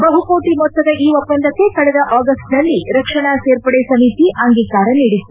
ಬಹುಕೋಟ ಮೊತ್ತದ ಈ ಒಪ್ಪಂದಕ್ಕೆ ಕಳೆದ ಆಗಸ್ಟ್ನಲ್ಲಿ ರಕ್ಷಣಾ ಸೇರ್ಪಡೆ ಸಮಿತಿ ಅಂಗೀಕಾರ ನೀಡಿತ್ತು